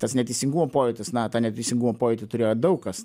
tas neteisingumo pojūtis na tą neteisingumo pojūtį turėjo daug kas